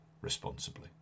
responsibly